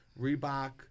Reebok